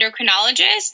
endocrinologist